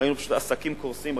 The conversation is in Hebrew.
ראינו עסקים קורסים,